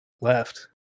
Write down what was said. left